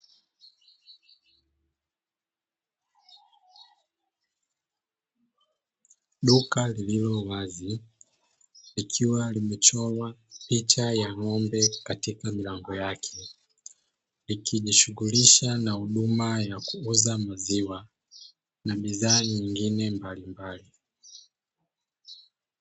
Duka lililowazi likiwa limechorwa picha ya ng’ombe katika milango yake, likijishughulisha na huduma ya kuuza maziwa na bidhaa nyingine mbalimbali.